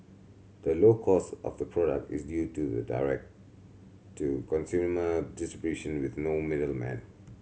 the low cost of the product is due to the direct to consumer distribution with no middlemen